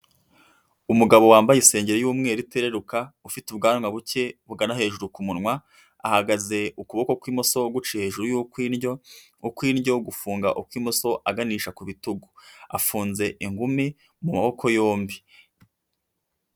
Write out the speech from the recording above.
Umugabo wambaye isengeri y'umweru itereruka, ufite ubwanwa buke bugana hejuru ku munwa, ahagaze ukuboko kw'imoso guciye hejuru y'ukw'indyo, ukw'indyo gufunga kw'imoso aganisha ku bitugu, afunze ingumi mu maboko yombi.